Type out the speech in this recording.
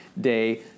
day